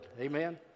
Amen